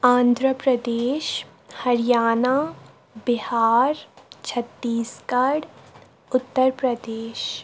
Andhra Pradesh Haryana Bihar Chhattisgarh Uttar Pradesh